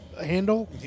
handle